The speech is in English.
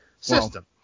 system